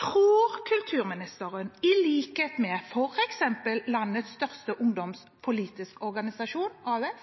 Tror kulturministeren, i likhet med f.eks. landets største ungdomspolitiske organisasjon, AUF,